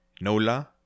NOLA